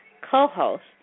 co-host